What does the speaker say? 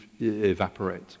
evaporate